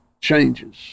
changes